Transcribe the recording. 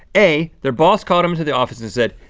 a their boss called em into the office and said,